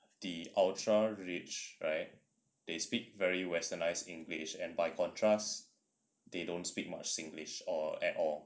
the ultra rich right they speak very westernized english and by contrast they don't speak much singlish or at all